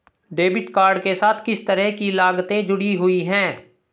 Debit card के साथ किस तरह की लागतें जुड़ी हुई हैं?